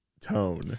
tone